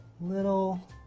little